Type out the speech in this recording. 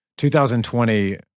2020